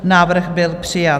Návrh byl přijat.